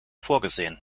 vorgesehen